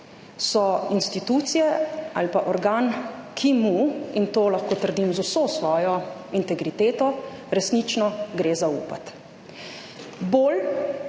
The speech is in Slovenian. so institucije ali organ, ki mu, in to lahko trdim z vso svojo integriteto, resnično gre zaupati. Bolj